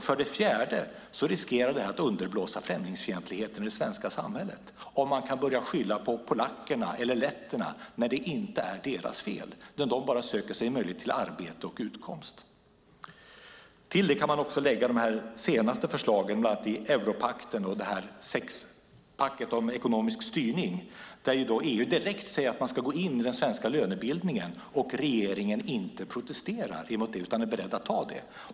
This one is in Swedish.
För det fjärde riskerar det att underblåsa främlingsfientligheten i det svenska samhället om man kan börja skylla på polackerna eller letterna när det inte är deras fel utan de bara söker sig möjlighet till arbete och utkomst. Till det kan man också lägga de senaste förslagen, bland annat i europakten och sexpacket om ekonomisk styrning, där EU direkt säger att man ska gå in i den svenska lönebildningen och regeringen inte protesterar mot det utan är beredd att ta det.